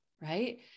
right